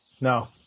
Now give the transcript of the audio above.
no